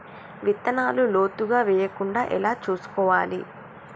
విత్తనాలు లోతుగా వెయ్యకుండా ఎలా చూసుకోవాలి?